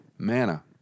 manna